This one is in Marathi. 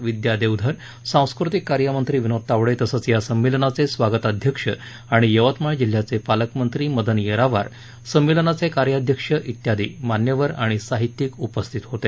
विद्या देवधर सांस्कृतिक कार्यमंत्री विनोद तावडे तसंच या संमेलनाचे स्वागताध्यक्ष आणि यवतमाळ जिल्ह्याचे पालकमंत्री मदन येरावार संमेलनाचे कार्याध्यक्ष इत्यादी मान्यवर आणि साहित्यिक उपस्थित होते